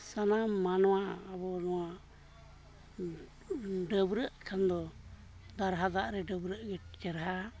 ᱥᱟᱱᱟᱢ ᱢᱟᱱᱣᱟ ᱟᱵᱚ ᱱᱚᱣᱟ ᱰᱟᱹᱵᱽᱨᱟᱹᱜ ᱠᱷᱟᱱ ᱫᱚ ᱫᱟᱨᱦᱟ ᱫᱟᱜ ᱨᱮ ᱰᱟᱹᱵᱽᱨᱟᱹᱜ ᱜᱮ ᱪᱮᱨᱦᱟ ᱦᱟ